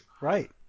Right